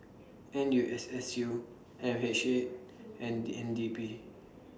N U S S U L H A and N D P